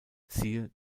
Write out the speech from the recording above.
siehe